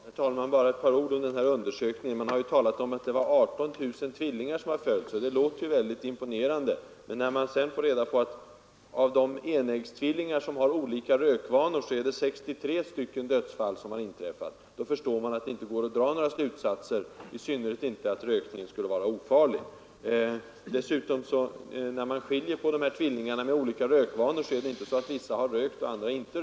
Herr talman! Bara ett par ord till om den senaste undersökningen. Det har talats om att man har följt 18 000 tvillingar under den tid rapporten avser, och det låter ju väldigt imponerande. Men sedan har vi fått reda på att bland de enäggstvillingar i materialet, som har olika rökvanor, har endast 63 dödsfall inträffat, och då förstår man att det inte går att dra några slutsatser, i synnerhet inte att rökningen skulle vara ofarlig. Och när undersökarna har skilt på tvillingar med olika rökvanor, så förhåller det sig inte alltid så att vissa har rökt och andra inte.